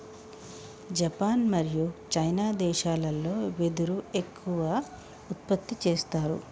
Japan మరియు China దేశాలల్లో వెదురు ఎక్కువ ఉత్పత్తి చేస్తారు